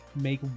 make